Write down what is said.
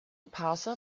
parser